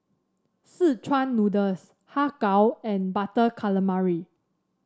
Szechuan Noodles Har Kow and Butter Calamari